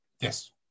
Yes